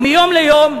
ומיום ליום,